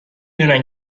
دونن